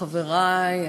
חברי,